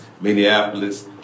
Minneapolis